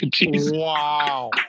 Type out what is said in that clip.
Wow